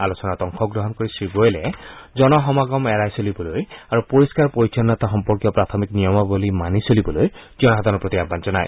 আলোচনাত অংশগ্ৰহণ কৰি শ্ৰী গোৱেলে জনসমাগম এৰাই চলিবলৈ আৰু পৰিষ্কাৰ পৰিচ্ছন্নতা সম্পৰ্কীয় প্ৰাথমিক নিয়মাৱলী মানি চলিবলৈ জনসাধাৰণৰ প্ৰতি আহ্বান জনায়